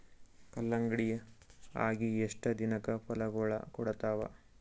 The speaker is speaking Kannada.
ಕಲ್ಲಂಗಡಿ ಅಗಿ ಎಷ್ಟ ದಿನಕ ಫಲಾಗೋಳ ಕೊಡತಾವ?